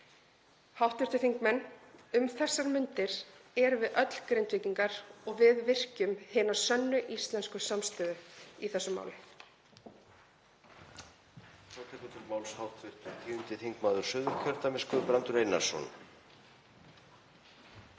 það. Hv. þingmenn. Um þessar mundir erum við öll Grindvíkingar og við virkjum hina sönnu íslensku samstöðu í þessu máli.